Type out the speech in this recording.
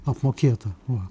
apmokėta va